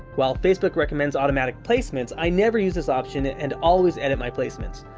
while facebook recommends automatic placements, i never use this option and always edit my placements.